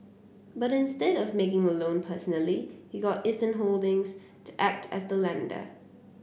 but instead of making the loan personally he got Eastern Holdings to act as the lender